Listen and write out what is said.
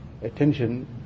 attention